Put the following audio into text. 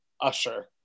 Usher